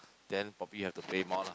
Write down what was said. then probably you have to pay more lah